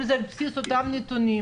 אם זה על בסיס אותם נתונים,